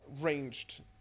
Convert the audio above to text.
ranged